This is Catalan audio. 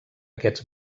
aquests